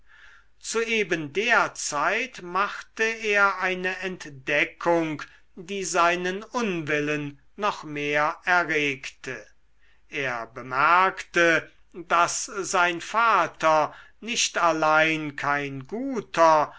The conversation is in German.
zu eben der zeit machte er eine entdeckung die seinen unwillen noch mehr erregte er bemerkte daß sein vater nicht allein kein guter